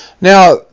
Now